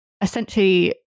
essentially